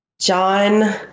john